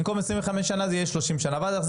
במקום 25 שנה זה יהיה 30 שנה ואז ההחזר